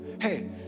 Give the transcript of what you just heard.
hey